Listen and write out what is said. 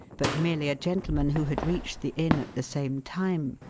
but merely a gentleman who had reached the inn at the same time,